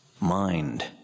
Mind